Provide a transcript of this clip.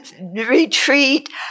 retreat